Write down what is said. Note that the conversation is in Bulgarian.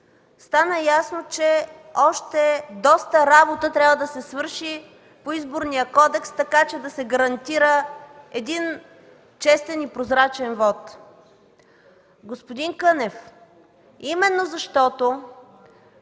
стана ясно, че още доста работа трябва да се свърши по Изборния кодекс, така че да се гарантира един честен и прозрачен вот. Господин Кънев, именно защото